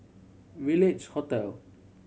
Village Hotel